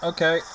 Okay